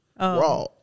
Raw